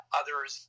others